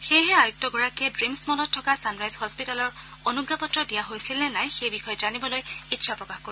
সেয়েহে আয়ুক্তগৰাকীয়ে ড়ুীমছ মলত থকা ছানৰাইজ হস্পিতালক অনুজ্ঞাপত্ৰ দিয়া হৈছিল নে নাই সেই বিষয়ে জানিবলৈ ইচ্ছা প্ৰকাশ কৰে